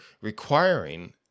requiring